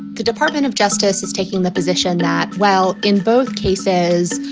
the department of justice is taking the position that, well, in both cases,